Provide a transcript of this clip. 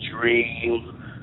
Dream